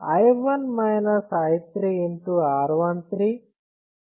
R 2 3 i 2